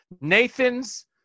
Nathan's